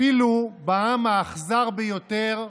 אפילו בעם האכזר ביותר,